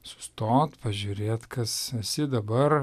sustot pažiūrėt kas esi dabar